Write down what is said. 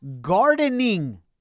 gardening